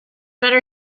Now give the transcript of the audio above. better